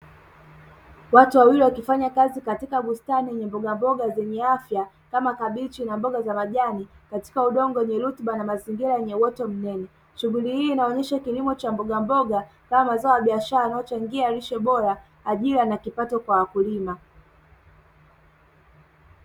Watu wawili wakifanya kazi katika bustani yenye mbogamboga zenye afya kama; kabichi na mbaoga za majani, katika udongo wenye rutuba na mazingira yenye uoto mwingi. Shughuli hii inaonyesha kilimo cha mbogamboga kama mazao ya biashara, yanayochangia lishe bora, ajira na kipato kwa wakulima.